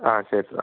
ആ ശരി സാർ